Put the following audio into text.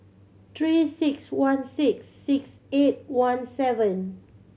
Three Six One six six eight one seven